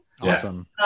Awesome